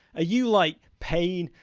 ah you like pain,